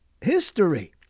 history